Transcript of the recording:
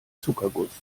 zuckerguss